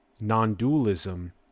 non-dualism